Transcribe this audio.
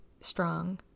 strong